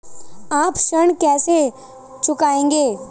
आप ऋण कैसे चुकाएंगे?